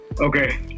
Okay